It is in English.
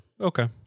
Okay